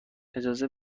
اجازه